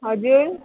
हजुर